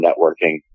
networking